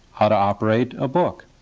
how to operate a book.